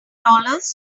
dollars